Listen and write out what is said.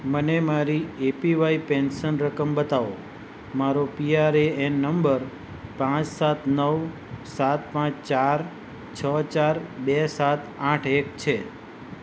મને મારી APY pension રકમ બતાવો મારો પીઆરએએન નંબર પાંચ સાત નવ સાત પાંચ ચાર છ ચાર બે સાત આઠ એક છે